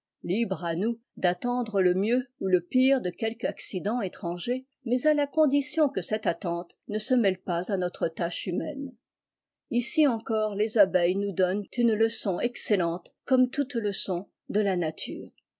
libre à nous d'attendre le mieux ou le pire de quelque accident étranger mais à la condition que cette attente ne se mêle pas à notre tâche humaine ici encore les abeilles nous donnent une leçon excellente comme toute leçon de la nature